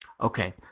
Okay